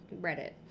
Reddit